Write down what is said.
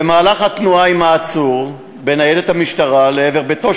במהלך התנועה עם העצור בניידת המשטרה לעבר ביתו